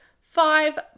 five